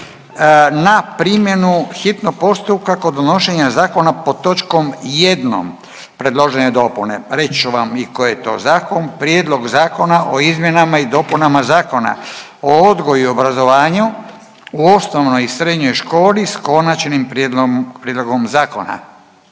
na primjenu hitnog postupka kod donošenja zakona pod točkom ijednom predložene dopune, reći ću vam i koji je to zakon, Prijedlog zakona o izmjenama i dopunama Zakona o odgoju i obrazovanju u osnovnoj i srednjoj školi s konačnim prijedlogom zakona,